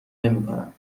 نمیکنم